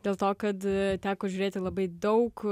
dėl to kad teko žiūrėti labai daug